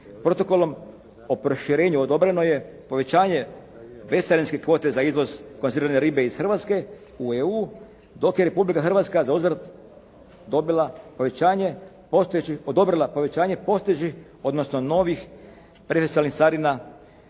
protokolom o proširenju odobreno je povećanje bescarinske kvote za izvoz konzervirane ribe iz Hrvatske u EU, dok je Republika Hrvatska zauzvrat odobrila povećanje postojećih, odnosno novih …/Govornik se ne